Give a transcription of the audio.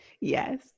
yes